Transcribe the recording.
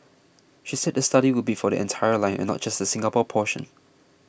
she said the study would be for the entire line and not just the Singapore portion